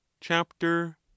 chapter